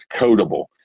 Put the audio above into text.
codable